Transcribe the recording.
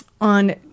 on